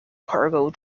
cargo